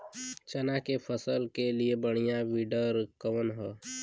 चना के फसल के लिए बढ़ियां विडर कवन ह?